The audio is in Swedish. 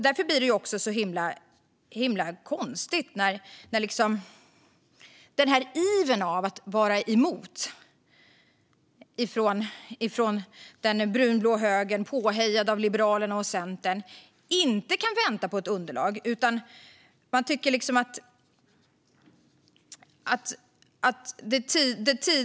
Därför blir det himla konstigt när den blåbruna högern, påhejad av Liberalerna och Centern, inte kan vänta på ett underlag.